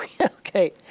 Okay